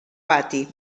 pati